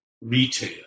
retail